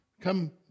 Come